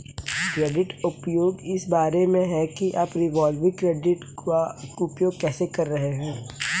credit उपयोग इस बारे में है कि आप रिवॉल्विंग क्रेडिट का उपयोग कैसे कर रहे हैं